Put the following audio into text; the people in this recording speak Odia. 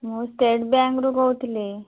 ମୁଁ ଷ୍ଟେଟ ବ୍ୟାଙ୍କରୁ କହୁଥିଲି